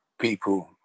people